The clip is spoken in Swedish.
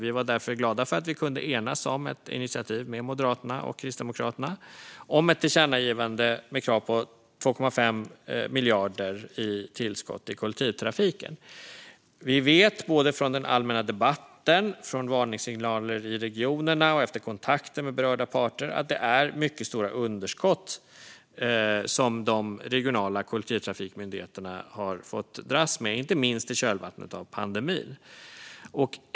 Vi var därför glada att vi kunde enas med Moderaterna och Kristdemokraterna om ett initiativ till ett tillkännagivande med krav på 2,5 miljarder i tillskott till kollektivtrafiken. Vi vet från både den allmänna debatten och varningssignaler i regionerna och efter kontakter med berörda parter att det är mycket stora underskott som de regionala kollektivtrafikmyndigheterna har fått dras med, inte minst i kölvattnet av pandemin.